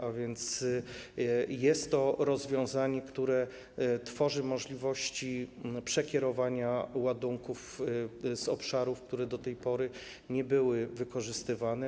A więc jest to rozwiązanie, które tworzy możliwości przekierowania ładunków z obszarów, które do tej pory nie były wykorzystywane.